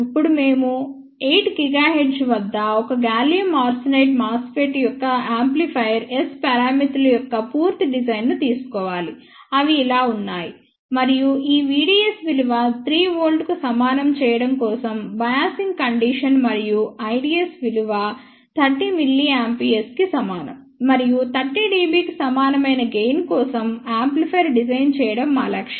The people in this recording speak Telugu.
ఇప్పుడు మేము 8 GHz వద్ద ఒక గాలియం ఆర్సెనైడ్ MOSFET యొక్క యాంప్లిఫైయర్ S పారామితులు యొక్క పూర్తి డిజైన్ ను తీసుకోవాలి అవి ఇలా ఉన్నాయి మరియు ఈ Vds విలువ 3వోల్ట్ కు సమానం చేయడం కోసం బయాసింగ్ కండీషన్ మరియు Ids విలువ 30 mA కి సమానం మరియు 10 dB కి సమానమైన గెయిన్ కోసం యాంప్లిఫైయర్ డిజైన్ చేయడం మా లక్ష్యం